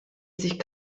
sich